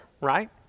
Right